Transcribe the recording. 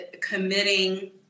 committing